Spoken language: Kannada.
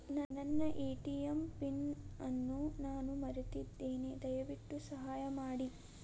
ನನ್ನ ಎ.ಟಿ.ಎಂ ಪಿನ್ ಅನ್ನು ನಾನು ಮರೆತಿದ್ದೇನೆ, ದಯವಿಟ್ಟು ಸಹಾಯ ಮಾಡಿ